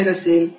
बाहेर असेल